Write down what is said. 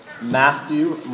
Matthew